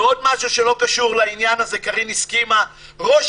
ועוד משהו שלא קשור לעניין הזה קארין הזכירה ראש